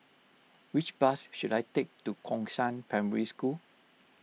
which bus should I take to Gongshang Primary School